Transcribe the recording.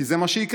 כי זה מה שיקרה.